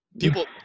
People